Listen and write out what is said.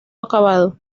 acabado